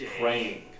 praying